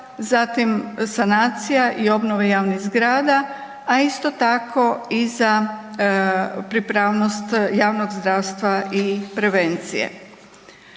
zatim sanacija i obnova javnih zgrada, a isto tako i za pripravnost javnog zdravstva i prevencije.